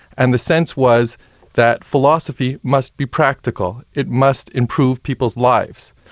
and the sense was that philosophy must be practical. it must improve people's lives.